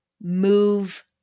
move